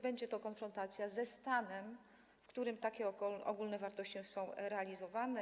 Będzie to konfrontacja ze stanem, w którym takie ogólne wartości są realizowane.